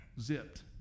zipped